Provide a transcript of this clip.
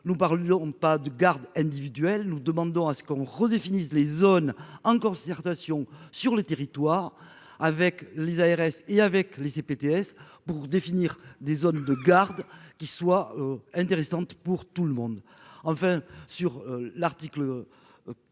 Nous parlions pas de garde individuelle. Nous demandons à ce qu'on redéfinisse les zones en concertation sur les territoires avec les ARS et avec les CPTS pour définir des zones de garde qui soit intéressante pour tout le monde, enfin sur l'article.